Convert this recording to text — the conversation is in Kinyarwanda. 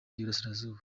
y’uburasirazuba